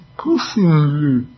personally